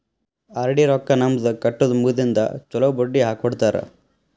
RD ರೊಕ್ಕಾ ನಮ್ದ ಕಟ್ಟುದ ಮುಗದಿಂದ ಚೊಲೋ ಬಡ್ಡಿ ಹಾಕ್ಕೊಡ್ತಾರ